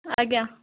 ଆଜ୍ଞା